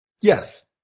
Yes